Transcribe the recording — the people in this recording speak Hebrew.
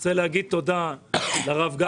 אני רוצה להגיד תודה לרב גפני.